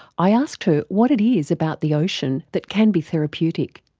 i asked her what it is about the ocean that can be therapeutic.